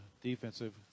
defensive